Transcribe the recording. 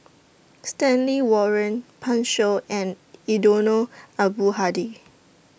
Stanley Warren Pan Shou and Eddino Abdul Hadi